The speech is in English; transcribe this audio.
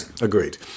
agreed